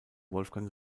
wolfgang